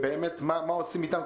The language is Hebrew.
מה עושים איתם?